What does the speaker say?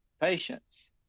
patience